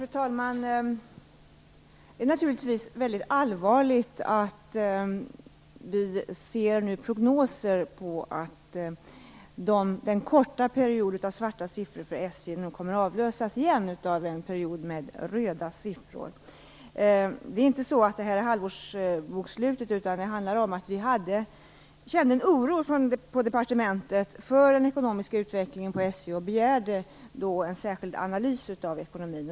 Fru talman! Det är naturligtvis väldigt allvarligt att vi nu ser prognoser om att den korta perioden av svarta siffror för SJ nu kommer att avlösas av en ny period med röda siffror. Det här är inte något halvårsbokslut, utan vad det handlar om är att vi på departementet kände en oro för SJ:s ekonomiska utveckling och därför begärde en särskild analys av ekonomin.